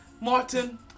Martin